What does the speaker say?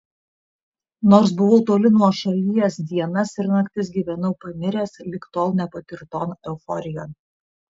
nors buvau toli nuo šalies dienas ir naktis gyvenau paniręs lig tol nepatirton euforijon